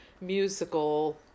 musical